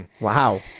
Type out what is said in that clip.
Wow